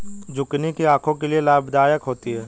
zucchini आंखों के लिए लाभदायक होती है